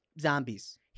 zombies